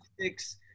six